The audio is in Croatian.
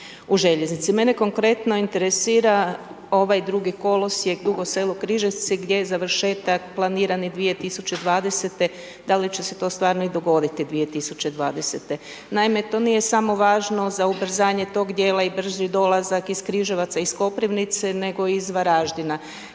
u željeznici. Mene konkretno interesira ovaj drugi kolosijek Dugo Selo-Križevci, gdje je završetak planiran 2020., da li će to stvarno i dogoditi 2020.? Naime, to nije samo važno za ubrzanje tog djela i brži dolazak iz Križevaca, iz Koprivnice nego i iz Varaždina